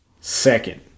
Second